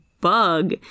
bug